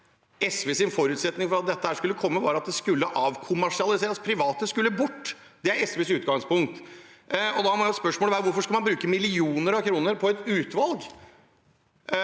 SVs forutsetning for at dette skulle komme, var at det skulle avkommersialiseres. Private skulle bort. Det er SVs utgangspunkt. Da må spørsmålet være hvorfor man skal bruke millioner av kroner på et utvalg.